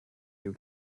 you